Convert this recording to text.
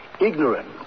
ignorant